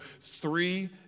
three